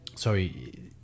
Sorry